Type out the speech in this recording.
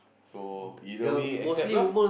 so either way accept lah